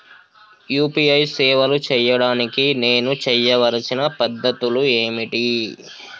UPI సేవలు చేయడానికి నేను చేయవలసిన పద్ధతులు ఏమిటి?